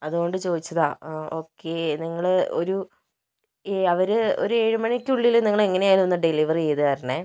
അതുകൊണ്ട് ചോദിച്ചതാണ് ഓക്കെ നിങ്ങൾ ഒരു എ അവർ ഒരു ഏഴ് മണിക്കുള്ളിൽ നിങ്ങൾ എങ്ങനെ ആണെങ്കിലും ഒന്ന് ഡെലിവറി ചെയ്തു തരണേ